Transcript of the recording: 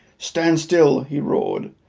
stand still, he roared,